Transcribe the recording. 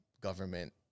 government